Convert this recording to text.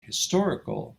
historical